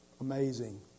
Amazing